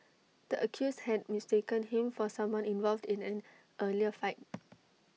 the accused had mistaken him for someone involved in an earlier fight